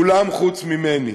כולם, חוץ ממני".